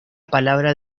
palabra